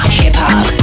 hip-hop